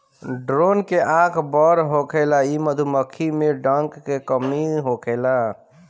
drone के आँख बड़ होखेला इ मधुमक्खी में डंक के कमी होखेला